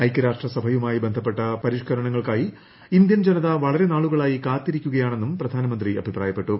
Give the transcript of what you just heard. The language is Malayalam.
ഐക്യരാഷ്ട്രസഭയുമായി ബന്ധപ്പെട്ട പരിഷ്കരണങ്ങൾ ക്കായി ഇന്ത്യൻ ജനത വളരെ നാളുകളായി കാത്തിരിക്കുക യാണെന്നും പ്രധാനമന്ത്രി അഭിപ്രായപ്പെട്ടു